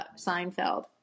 Seinfeld